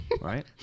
right